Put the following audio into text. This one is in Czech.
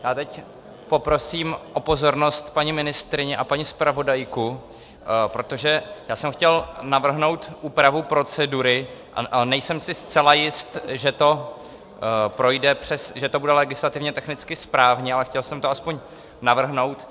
Já teď poprosím o pozornost paní ministryni a paní zpravodajku, protože jsem chtěl navrhnout úpravu procedury a nejsem si zcela jist, že to projde přes... že to bude legislativně technicky správně, ale chtěl jsem to aspoň navrhnout.